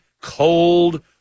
cold